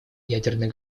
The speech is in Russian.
ядерные